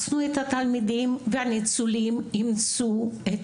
הניצולים אימצנו את